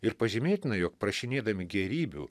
ir pažymėtina jog prašinėdami gėrybių